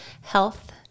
health